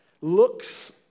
looks